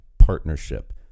Partnership